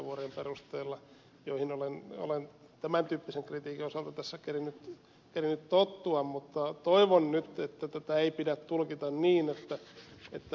kankaanniemen puheenvuorojen perusteella joihin olen tämän tyyppisen kritiikin osalta tässä kerinnyt tottua mutta toivon nyt että tätä ei pidä tulkita niin että ed